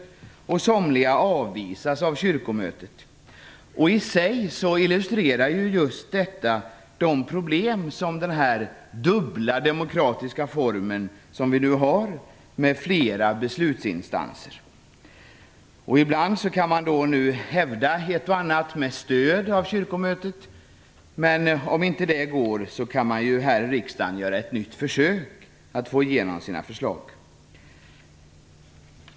Somliga avvisas av kyrkomötet. I sig illustrerar just detta de problem som finns med den dubbla demokratiska form som vi nu har med flera beslutsinstanser. Ibland kan man hävda ett och annat med stöd av kyrkomötet. Om inte det går kan man här i riskdagen göra ett nytt försök att få igenom sina förslag.